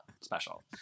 special